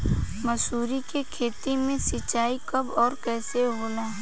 मसुरी के खेती में सिंचाई कब और कैसे होला?